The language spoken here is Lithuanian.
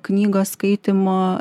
knygos skaitymo